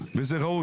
וזה ראוי.